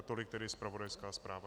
Tolik tedy zpravodajská zpráva.